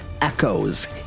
echoes